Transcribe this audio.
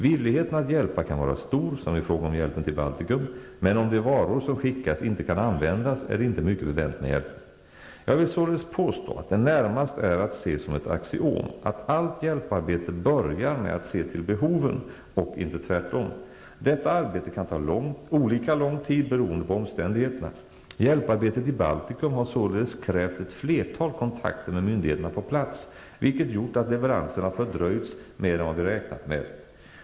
Villigheten att hjälpa kan vara stor, som i fråga om hjälpen till Baltikum, men om de varor som skickas inte kan användas är det inte mycket bevänt med hjälpen. Jag vill således påstå att det närmast är att se som ett axiom att allt hjälparbete börjar med att se till behoven, och inte tvärtom. Detta arbete kan ta olika lång tid beroende på omständigheterna. Hjälparbetet i Baltikum har således krävt ett flertal kontakter med myndigheterna på plats, vilket gjort att leveranserna fördröjts mer än vad vi räknat med.